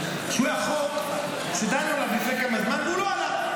שהוא החוק שדנו עליו לפני כמה זמן והוא לא עלה.